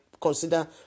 consider